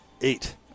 Eight